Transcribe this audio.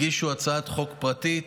הגישו הצעת חוק פרטית